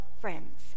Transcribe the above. Friends